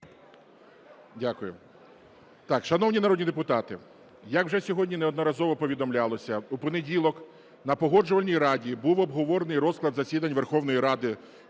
Дякую. Шановні народні депутати, як вже сьогодні неодноразово повідомлялося, у понеділок на Погоджувальній раді був обговорений розклад засідань Верховної Ради